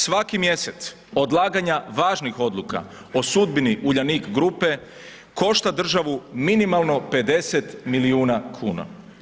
Svaki mjesec, odlaganja važnih odluka o sudbini Uljanik grupe, košta državu minimalno 50 milijuna kuna.